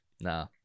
nah